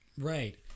Right